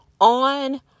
on